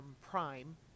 Prime